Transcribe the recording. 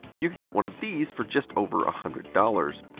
you could get one of these for just over a hundred dollars.